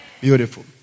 beautiful